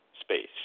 space